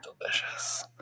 Delicious